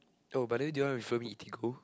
oh but then do you want to refer me Eatigo